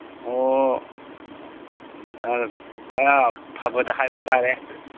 ꯑꯣ ꯈꯔ ꯐꯕꯗ ꯍꯥꯏꯕ ꯇꯥꯔꯦ